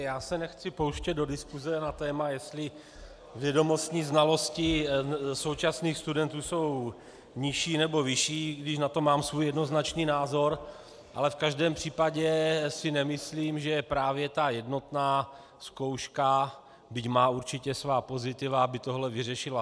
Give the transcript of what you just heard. Já se nechci pouštět do diskuse na téma, jestli vědomostní znalosti současných studentů jsou nižší, nebo vyšší, i když na to mám svůj jednoznačný názor, ale v žádném případě si nemyslím, že právě ta jednotná zkouška, byť má určitě svá pozitiva, by tohle vyřešila.